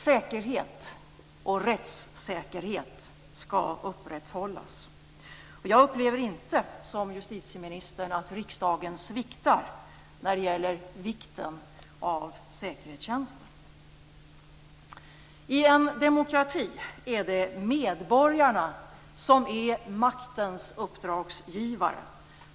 Säkerhet och rättssäkerhet skall upprätthållas. Jag upplever inte, som justitieministern, att riksdagen sviktar när det gäller vikten av säkerhetstjänsten. I en demokrati är det medborgarna som är maktens uppdragsgivare.